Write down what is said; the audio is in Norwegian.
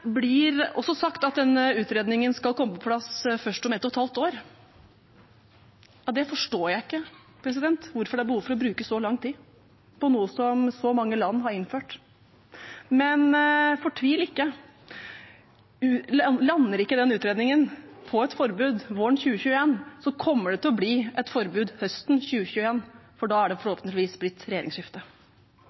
blir også sagt at den utredningen skal komme på plass først om et og et halvt år. Det forstår jeg ikke, hvorfor det er behov for å bruke så lang tid på noe som så mange land har innført. Men fortvil ikke: Lander ikke den utredningen på et forbud våren 2021, kommer det til å bli et forbud høsten 2021. Da er det forhåpentligvis blitt